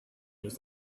was